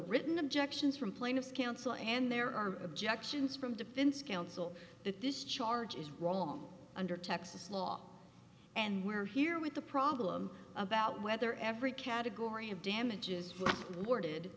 written objections from plaintiff's counsel and there are objections from defense counsel that this charge is wrong under texas law and we're here with the problem about whether every category of damages awarded